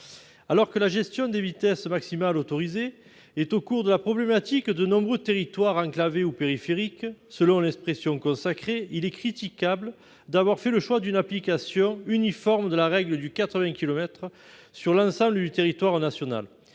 Alors que la gestion des vitesses maximales autorisées est au coeur de la problématique de nombreux territoires enclavés ou périphériques, selon l'expression consacrée, il est critiquable d'avoir fait le choix d'une application uniforme de la règle du 80 kilomètres par heure sur l'ensemble du territoire national.